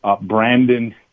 Brandon